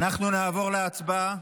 אנחנו נעבור להצבעה.